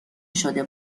شده